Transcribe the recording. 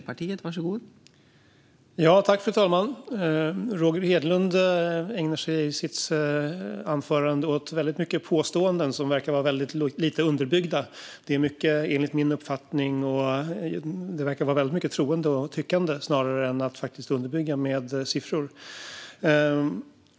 Fru talman! Roger Hedlund ägnar sig i sitt anförande väldigt mycket åt påståenden som verkar vara väldigt lite underbyggda. Det är mycket "enligt min mening" och mycket troende och tyckande snarare än faktiskt underbyggande med siffror.